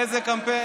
מה קשור פריימריז?